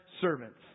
servants